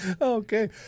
Okay